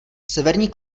severní